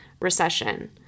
recession